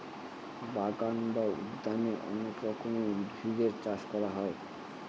বাগান বা উদ্যানে অনেক রকমের উদ্ভিদের চাষ করা হয়